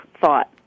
thought